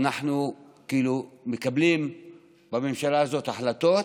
אנחנו כאילו מקבלים בממשלה הזאת החלטות,